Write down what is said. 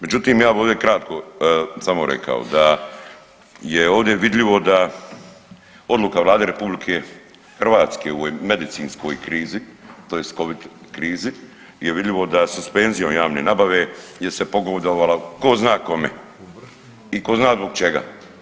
Međutim ja bih ovdje kratko samo rekao da je ovdje vidljivo da odluka Vlade RH u ovoj medicinskoj krizi tj. covid krizi je vidljivo da suspenzijom javne nabave je se pogodovalo ko zna kome i ko zna zbog čega.